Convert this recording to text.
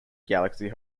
galaxy